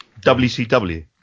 WCW